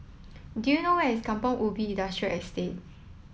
do you know where is Kampong Ubi Industrial Estate